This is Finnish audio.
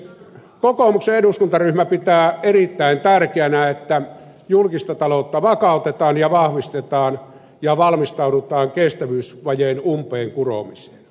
kokoomuksen eduskuntaryhmä pitää erittäin tärkeänä että julkista taloutta vakautetaan ja vahvistetaan ja valmistaudutaan kestävyysvajeen umpeenkuromiseen